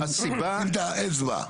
שים את האצבע.